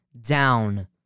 down